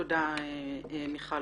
תודה, מיכל.